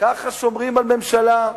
ככה שומרים על ממשלה.